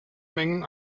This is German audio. mengen